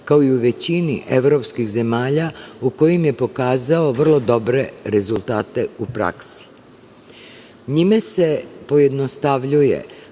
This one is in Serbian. kao i u većini evropskih zemalja u kojima je pokazao vrlo dobre rezultate u praksi. Njime se pojednostavljuje